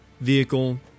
vehicle